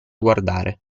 guardare